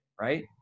Right